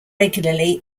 regularly